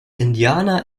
indianer